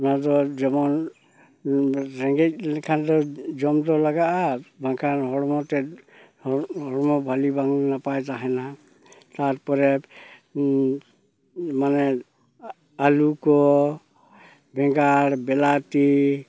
ᱱᱮᱥ ᱫᱚ ᱡᱮᱢᱚᱱ ᱨᱮᱸᱜᱮᱡᱽ ᱞᱮᱠᱷᱟᱱ ᱫᱚ ᱡᱚᱢ ᱛᱚ ᱞᱟᱜᱟᱜᱼᱟ ᱵᱟᱝᱠᱷᱟᱱ ᱦᱚᱲᱢᱚ ᱛᱮᱫ ᱦᱚᱲᱢᱚ ᱵᱷᱟᱹᱞᱤ ᱵᱟᱝ ᱱᱟᱯᱟᱭ ᱛᱟᱦᱮᱱᱟ ᱛᱟᱨᱯᱚᱨᱮ ᱢᱟᱱᱮ ᱟᱞᱩ ᱠᱚ ᱵᱮᱸᱜᱟᱲ ᱵᱤᱞᱟᱹᱛᱤ